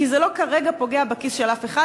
כי כרגע זה לא פוגע בכיס של אף אחד,